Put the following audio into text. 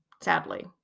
sadly